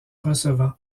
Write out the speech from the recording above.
recevant